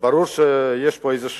ברור שיש פה איזו בעיה.